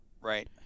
Right